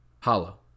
hollow